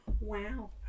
Wow